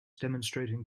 demonstrating